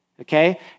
okay